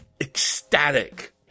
ecstatic